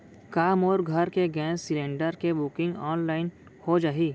का मोर घर के गैस सिलेंडर के बुकिंग ऑनलाइन हो जाही?